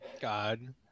God